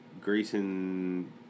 Grayson